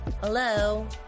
Hello